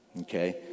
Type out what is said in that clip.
Okay